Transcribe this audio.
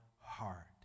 heart